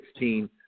2016